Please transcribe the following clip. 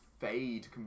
fade